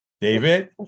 David